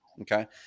Okay